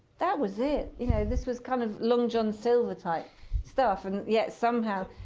that was it. you know this was kind of long john silver-type stuff. and yet, somehow,